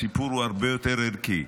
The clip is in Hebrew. הסיפור הוא הרבה יותר ערכי,